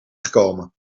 gekomen